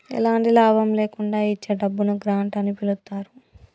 ఎలాంటి లాభం లేకుండా ఇచ్చే డబ్బును గ్రాంట్ అని పిలుత్తారు